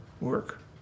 work